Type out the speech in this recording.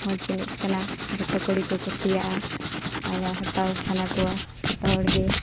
ᱢᱚᱡᱽ ᱡᱤᱱᱤᱥ ᱠᱟᱱᱟ ᱡᱚᱛᱚ ᱠᱩᱲᱤᱠᱚ ᱠᱩᱥᱤᱭᱟᱜᱼᱟ ᱟᱨ ᱦᱟᱛᱟᱣ ᱥᱟᱱᱟ ᱠᱚᱣᱟ ᱡᱚᱛᱚᱦᱚᱲ ᱜᱮ